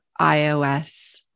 iOS